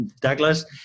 Douglas